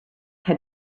had